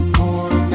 more